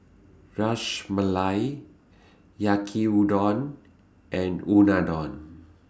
Ras Malai Yaki Udon and Unadon